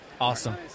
Awesome